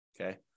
Okay